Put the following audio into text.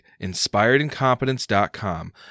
inspiredincompetence.com